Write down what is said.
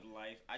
life